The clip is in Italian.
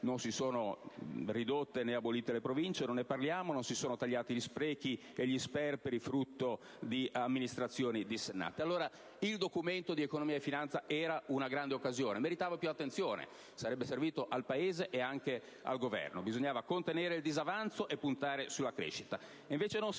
non si sono ridotte né abolite le Province, non si sono tagliati gli sprechi e gli sperperi frutto di amministrazioni dissennate. Il Documento di economia e finanza era una grande occasione e meritava più attenzione: sarebbe servito al Paese e anche al Governo. Bisognava contenere il disavanzo e puntare sulla crescita